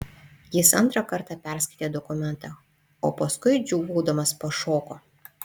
jis antrą kartą perskaitė dokumentą o paskui džiūgaudamas pašoko